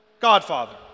godfather